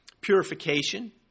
Purification